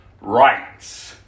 rights